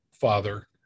father